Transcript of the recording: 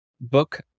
book